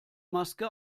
maske